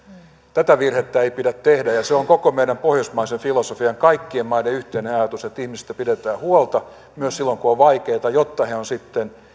tätä virhettä ei pidä tehdä ja se on koko meidän pohjoismaisen filosofian ja kaikkien maiden yhteinen ajatus että ihmisestä pidetään huolta myös silloin kun on vaikeata jotta he ovat sitten